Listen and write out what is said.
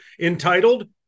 entitled